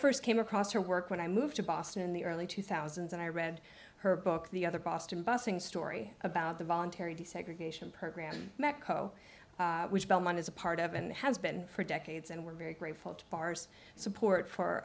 first came across her work when i moved to boston in the early two thousand and i read her book the other boston busing story about the voluntary desegregation program meco which belmont is a part of and has been for decades and we're very grateful to pars support for